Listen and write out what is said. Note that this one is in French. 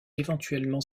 éventuellement